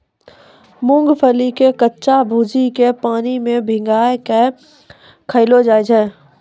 मूंगफली के कच्चा भूजिके पानी मे भिंगाय कय खायलो जाय छै